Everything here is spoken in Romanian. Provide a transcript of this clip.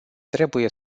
trebuie